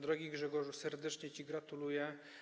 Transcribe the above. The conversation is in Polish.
Drogi Grzegorzu, serdecznie ci gratuluję.